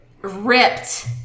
ripped